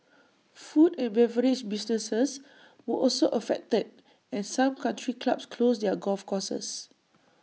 food and beverage businesses were also affected and some country clubs closed their golf courses